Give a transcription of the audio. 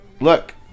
Look